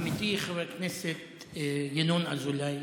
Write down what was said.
עמיתי חברי הכנסת ינון אזולאי,